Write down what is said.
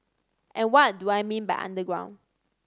and what do I mean by underground